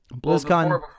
BlizzCon